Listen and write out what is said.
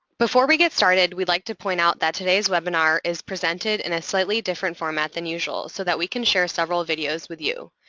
before we get started, we'd like to point out that today's webinar is presented in a slightly different format than usual so that we can share several videos with you.